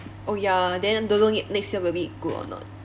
oh ya then don't know yet next year will be good or not